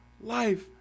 life